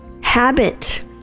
habit